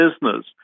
business